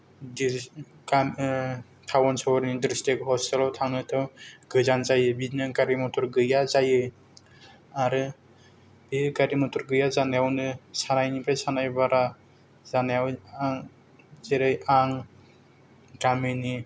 town सहरनि district hospital आव थांनोथ' गोजान जायो बिदिनो गारि मथर गैया जायो आरो बे गारि मथर गैया जानायावनो सानायनिफ्राय सानाय बारा जानायाव आं जेरै आं गामिनि